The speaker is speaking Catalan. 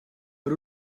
per